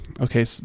okay